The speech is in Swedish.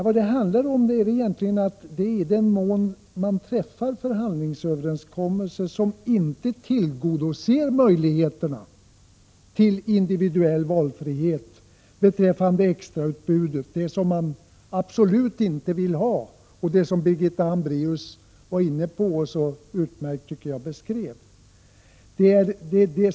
Vad det handlar om är sådana förhandlingsöverenskommelser som inte tillgodoser önskemål om individuell valfrihet beträffande extrautbudet, det som många absolut inte vill ha och som Birgitta Hambraeus så utmärkt beskrev.